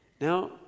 Now